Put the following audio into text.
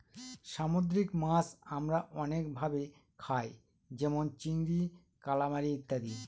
সামুদ্রিক মাছ আমরা অনেক ভাবে খায় যেমন চিংড়ি, কালামারী ইত্যাদি